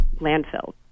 landfill